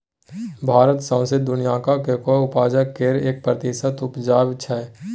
भारत सौंसे दुनियाँक कोकोआ उपजाक केर एक प्रतिशत उपजाबै छै